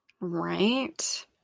Right